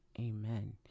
Amen